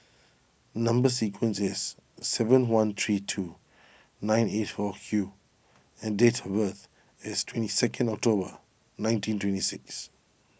Number Sequence is S seven one three two nine eight four Q and date of birth is twenty second October nineteen twenty six